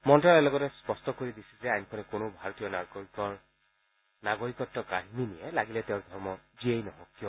মন্ত্যালয়ে লগতে স্পষ্ট কৰি দিছে যে আইনখনে কোনো ভাৰতীয়ৰ নাগৰিকত্ব কাঢ়ি নিনিয়ে লাগিলে তেওঁৰ ধৰ্ম যিয়েই নহওক কিয়